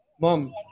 Mom